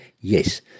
Yes